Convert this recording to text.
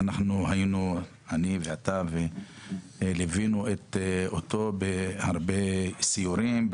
אני ואתה ליווינו אותו בהרבה סיורים,